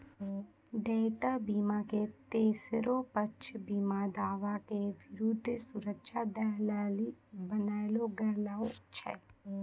देयता बीमा के तेसरो पक्ष बीमा दावा के विरुद्ध सुरक्षा दै लेली बनैलो गेलौ छै